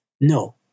No